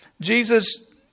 Jesus